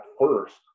first